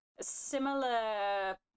similar